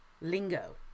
lingo